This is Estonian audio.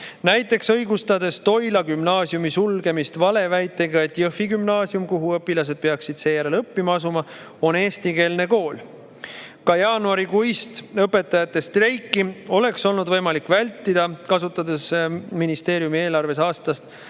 Näiteks õigustas ta Toila Gümnaasiumi sulgemist valeväitega, et Jõhvi Gümnaasium, kuhu õpilased peaksid seejärel õppima asuma, on eestikeelne kool. Ka jaanuarikuist õpetajate streiki oleks olnud võimalik vältida, kasutades ministeeriumi eelarves aastast